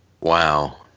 Wow